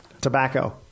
Tobacco